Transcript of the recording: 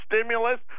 stimulus